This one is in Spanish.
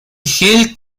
gel